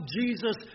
Jesus